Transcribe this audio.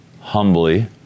humbly